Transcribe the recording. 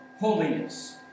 holiness